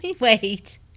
Wait